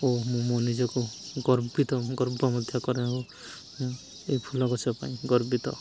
ଓ ମୁଁ ମୋ ନିଜକୁ ଗର୍ବିତ ଗର୍ବ ମଧ୍ୟ କରେ ଓ ଏଇ ଫୁଲ ଗଛ ପାଇଁ ଗର୍ବିତ